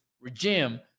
regime